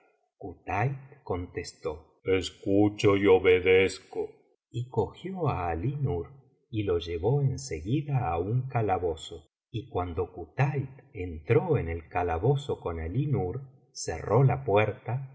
kutait contestó escucho y obedezco y cogió á ali nur y lo llevo en seguida á un calabozo y cuando kutait entró en el calabozo con alínur cerró la puerta